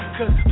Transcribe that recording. Cause